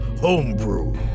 homebrew